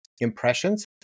impressions